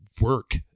work